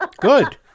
Good